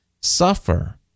suffer